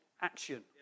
action